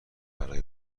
برای